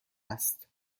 است